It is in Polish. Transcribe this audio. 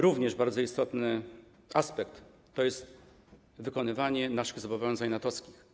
Również bardzo istotny aspekt to wykonywanie naszych zobowiązań NATO-wskich.